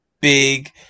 big